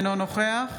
אינו נוכח